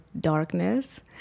darkness